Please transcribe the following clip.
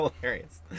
hilarious